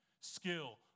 skill